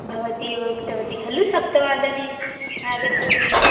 भवती एव उक्तवती खलु सप्तवादने आगच्छतु यत्